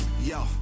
Yo